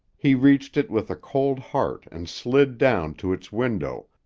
he reached it with a cold heart and slid down to its window,